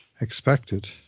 expected